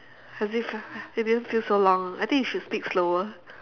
as if it didn't feel so long I think you should speak slower